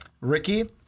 Ricky